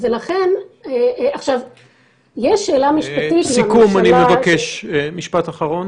יש שאלה משפטית אם הממשלה --- אני מבקש משפט אחרון